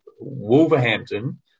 Wolverhampton